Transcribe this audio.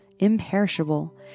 imperishable